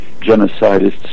genocidists